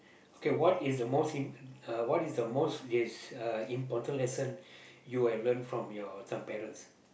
okay what is the most imp~ uh what is the most this important lesson you have learnt from your some parents